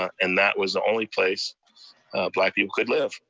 and that was the only place black people could live.